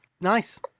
Nice